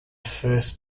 first